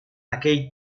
aquell